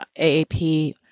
AAP